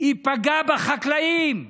היא פגעה בחקלאים,